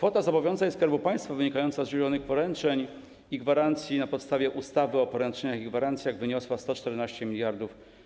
Kwota zobowiązań Skarbu Państwa wynikająca z udzielonych poręczeń i gwarancji na podstawie ustawy o poręczeniach i gwarancjach wyniosła 114